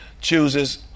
chooses